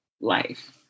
life